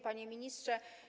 Panie Ministrze!